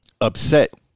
upset